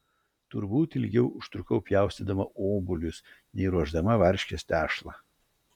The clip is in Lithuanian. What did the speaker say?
turbūt ilgiau užtrukau pjaustydama obuolius nei ruošdama varškės tešlą